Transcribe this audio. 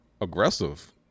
aggressive